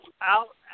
out